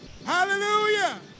Hallelujah